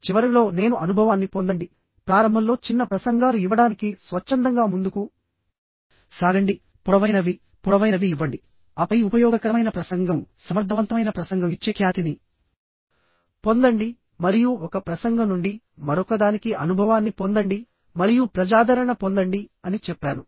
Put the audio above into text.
చివరలో నేను అనుభవాన్ని పొందండి ప్రారంభంలో చిన్న ప్రసంగాలు ఇవ్వడానికి స్వచ్ఛందంగా ముందుకు సాగండి పొడవైనవి పొడవైనవి ఇవ్వండి ఆపై ఉపయోగకరమైన ప్రసంగం సమర్థవంతమైన ప్రసంగం ఇచ్చే ఖ్యాతిని పొందండి మరియు ఒక ప్రసంగం నుండి మరొకదానికి అనుభవాన్ని పొందండి మరియు ప్రజాదరణ పొందండి అని చెప్పాను